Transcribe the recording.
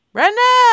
Brenda